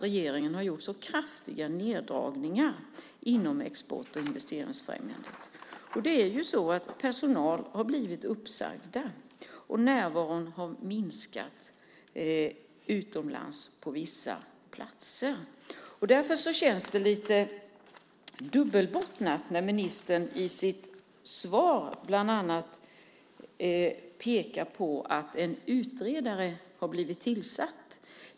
Regeringen har gjort så kraftiga neddragningar inom export och investeringsfrämjandet. Personal har blivit uppsagd, och närvaron har minskat utomlands på vissa platser. Därför känns det lite dubbelbottnat när ministern i sitt svar bland annat pekar på att en utredare har blivit tillsatt.